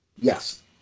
Yes